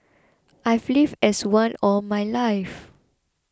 I've lived as one all my life